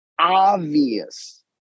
obvious